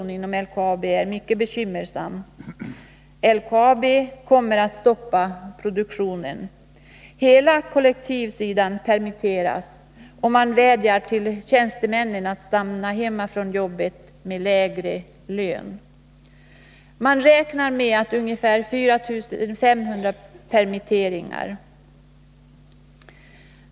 Dagens situation är mycket bekymmersam för LKAB, som kommer att stoppa produktionen. Hela kollektivsidan permitteras, och man vädjar till tjänstemännen att stanna hemma från jobbet med lägre lön. Man räknar med ungefär 4500 permitteringar.